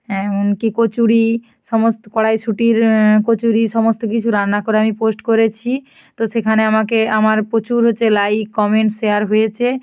এমন কি কচুরি সমস্ত কড়াইশুঁটির কচুরি সমস্ত কিছু রান্না করে আমি পোস্ট করেছি তো সেখানে আমাকে আমার প্রচুর হচ্ছে লাইক কমেন্ট শেয়ার হয়েছে